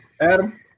Adam